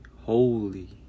Holy